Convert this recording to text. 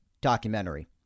documentary